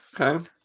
Okay